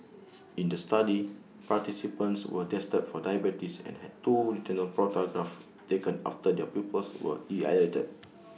in the study participants were tested for diabetes and had two retinal photographs taken after their pupils were